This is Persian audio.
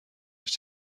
هیچ